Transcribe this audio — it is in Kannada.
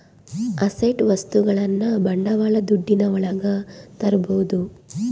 ಅಸೆಟ್ ವಸ್ತುಗಳನ್ನ ಬಂಡವಾಳ ದುಡ್ಡಿನ ಒಳಗ ತರ್ಬೋದು